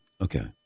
Okay